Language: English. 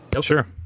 sure